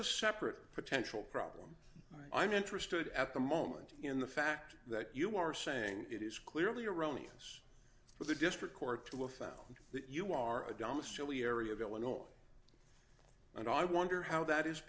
a separate potential problem i'm interested at the moment in the fact that you are saying it is clearly erroneous for the district court to a file that you are a dumbass joey area of illinois and i wonder how that is